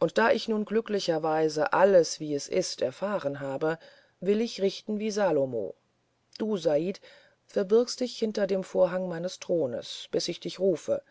und da ich nun glücklicherweise alles wie es ist erfahren habe will ich richten wie salomo du said verbirgst dich hinter den vorhang meines thrones bis ich dich rufe